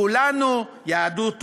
כולנו, יהדות התורה,